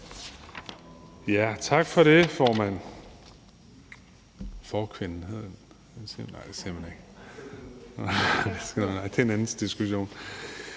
Tak for ordet, formand.